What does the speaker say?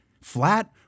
flat